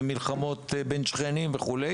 מלחמות בין שכנים וכו'